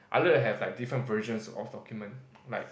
I need to have different versions of document like